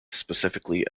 specifically